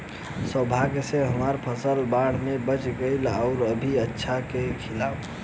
सौभाग्य से हमर फसल बाढ़ में बच गइल आउर अभी अच्छा से खिलता